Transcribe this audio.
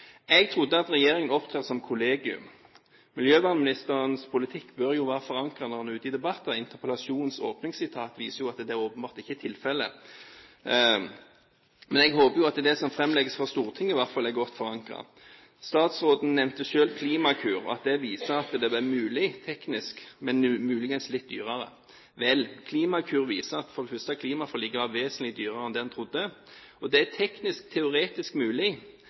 Jeg trodde at regjeringen opptrer som kollegium. Miljøvernministerens politikk bør jo være forankret når han er ute i debatter. Interpellasjonens åpningssitat viser at det åpenbart ikke er tilfellet, men jeg håper jo at det som framlegges for Stortinget, i hvert fall er godt forankret. Statsråden nevnte selv Klimakur og at det viser at det er mulig teknisk, men muligens litt dyrere. Vel, Klimakur viser for det første at klimaforliket var vesentlig dyrere enn det en trodde, og det er teknisk teoretisk mulig,